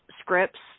scripts